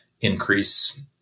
increase